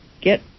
get